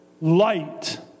light